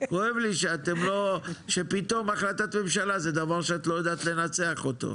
כואב לי שפתאום החלטת ממשלה זה דבר שאת לא יודעת לנצח אותו,